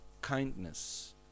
kindness